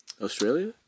Australia